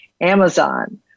Amazon